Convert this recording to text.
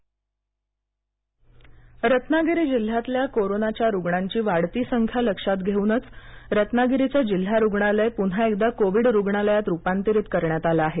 Covid Ratnagiri Ratnagiri जिल्ह्यातल्या करोनाच्या रुग्णांची वाढती संख्या लक्षात घेऊन रत्नागिरीचं जिल्हा रुग्णालय पुन्हा एकदा कोविड रुग्णालयात रूपांतरित करण्यात आलं आहे